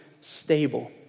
stable